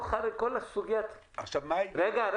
כלי טיס, לא בני אדם.